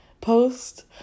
Post